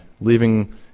leaving